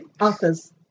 Authors